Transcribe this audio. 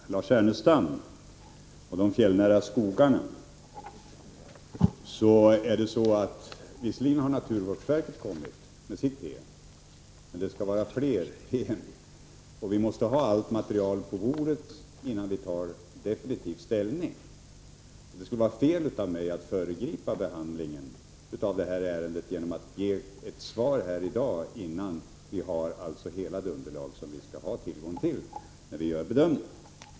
Fru talman! När det gäller Lars Ernestams synpunkter om de fjällnära skogarna har naturvårdsverket visserligen nyligen kommit med sitt PM, men vi väntar fler PM och vi måste ha allt material på bordet innan vi tar definitiv ställning. Det skulle alltså vara fel av mig att föregripa behandlingen av det här ärendet genom att ge ett svar här i dag, innan vi har hela det underlag som vi skall ha tillgång till när vi gör vår bedömning.